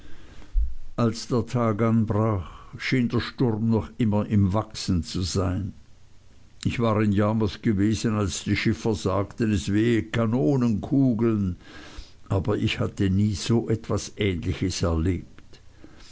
als der tag anbrach schien der sturm immer noch im wachsen zu sein ich war in yarmouth gewesen als die schiffer sagten es wehe kanonenkugeln aber ich hatte nie so etwas ähnliches erlebt